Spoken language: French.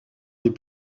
des